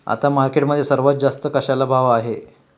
आता मार्केटमध्ये सर्वात जास्त कशाला भाव आहे?